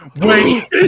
Wait